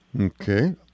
Okay